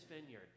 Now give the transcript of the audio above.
vineyard